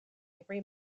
every